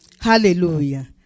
Hallelujah